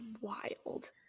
wild